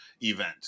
event